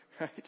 right